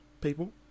people